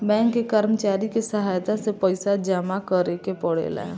bank के कर्मचारी के सहायता से पइसा जामा करेके पड़ेला